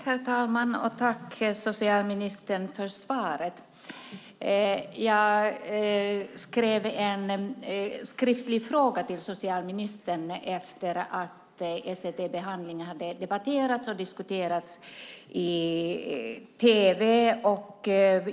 Herr talman! Jag tackar socialministern för svaret. Jag skrev en skriftlig fråga till socialministern efter att ECT-behandling hade debatterats och diskuterats i tv.